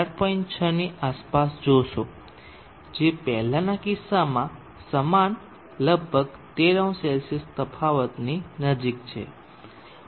6 ની આસપાસ જોશો જે પહેલાના કિસ્સામાં સમાન લગભગ 13OC તફાવતની નજીક છે